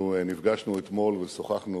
אנחנו נפגשנו אתמול ושוחחנו,